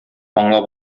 аңлап